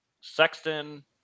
Sexton –